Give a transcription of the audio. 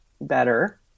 better